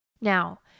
Now